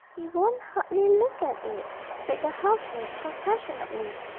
he won't hardly look at it said the housemaid compassionately.